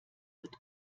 wird